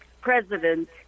president